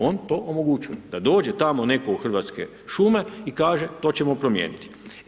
On to omogućuje da dođe tamo netko u Hrvatske šume i kaže to ćemo promijeniti.